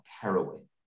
heroin